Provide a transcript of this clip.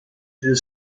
del